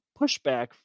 pushback